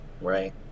right